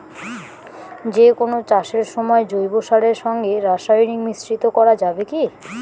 যে কোন চাষের সময় জৈব সারের সঙ্গে রাসায়নিক মিশ্রিত করা যাবে কি?